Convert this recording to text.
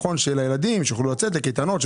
שיוכלו לצאת לקייטנות,